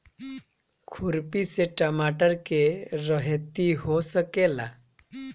खुरपी से टमाटर के रहेती हो सकेला?